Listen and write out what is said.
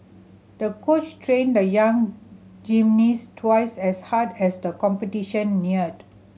the coach trained the young gymnast twice as hard as the competition neared